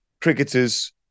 cricketers